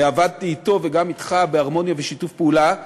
עבדתי אתו וגם אתך בהרמוניה ובשיתוף פעולה.